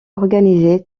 organisée